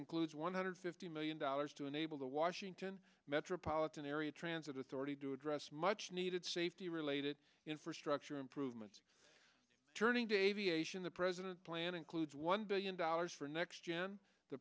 includes one hundred fifty million dollars to enable the washington metropolitan area transit authority to address much needed safety related infrastructure improvements turning to aviation the president's plan includes one billion dollars for next gen the